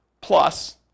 Plus